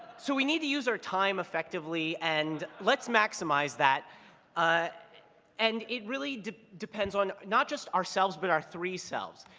so we need to use our time effectively and let's maximize that ah and it really depends on not just ourselves but our three-selves.